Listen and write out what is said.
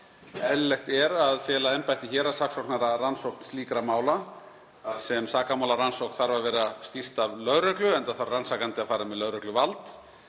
Eðlilegt er að fela embætti héraðssaksóknara rannsókn slíkra mála, þar sem sakamálarannsókn þarf að vera stýrt af lögreglu enda þarf rannsakandi að fara með lögregluvald.